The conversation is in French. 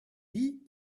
bies